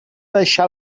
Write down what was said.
deixar